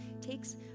takes